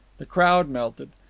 the crowd melted.